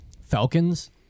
Falcons